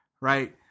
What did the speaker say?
right